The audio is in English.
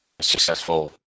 successful